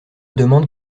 demande